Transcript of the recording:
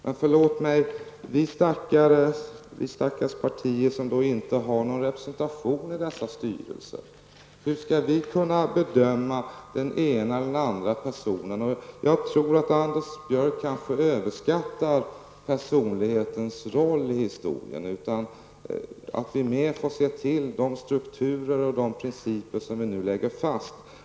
Men förlåt mig, hur skall de stackars partier som inte har någon representation i dessa styrelser kunna bedöma den ena eller den andra personen? Jag tror att Anders Björck kanske överskattar personlighetens roll i historien. Vi får mer se till de strukturer och de principer som vi nu lägger fast.